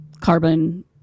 carbon